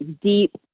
deep